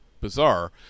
bizarre